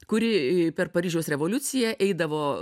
kuri per paryžiaus revoliuciją eidavo